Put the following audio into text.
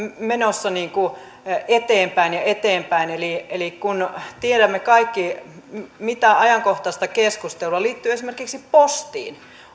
menossa eteenpäin ja eteenpäin eli eli kun me kaikki tiedämme mitä ajankohtaista keskustelua liittyy esimerkiksi postiin